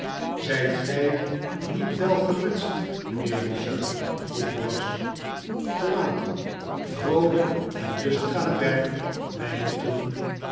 zijt gij niet welgemutst mijnheer richard vroeg brass kom aan vroolijk en lustig aan het werk wij moeten